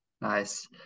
Nice